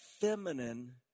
feminine